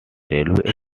railway